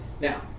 Now